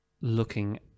looking